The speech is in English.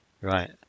Right